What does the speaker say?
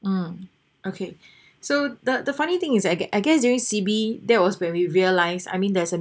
mm okay so the the funny thing is I I guess during C_B there was when we realized I mean there's an